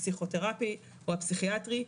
הפסיכותרפי או הפסיכיאטרי,